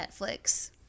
Netflix